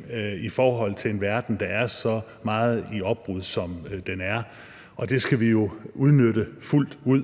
stemme i en verden, der er så meget i opbrud, som den er. Det skal vi udnytte fuldt ud,